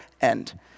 end